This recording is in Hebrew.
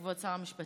כבוד שר המשפטים,